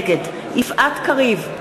נגד יפעת קריב,